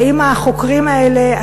האם החוקרים האלה,